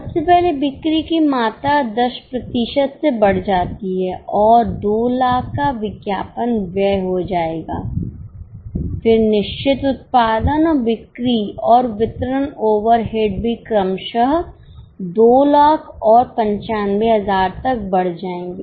सबसे पहले बिक्री की मात्रा 10 प्रतिशत से बढ़ जाती है और 200000 का विज्ञापन व्यय हो जाएगा फिर निश्चित उत्पादन और बिक्री और वितरण ओवरहेड भी क्रमशः 200000 और 95000 तक बढ़ जाएंगे